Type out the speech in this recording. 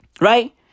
Right